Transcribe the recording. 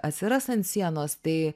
atsiras ant sienos tai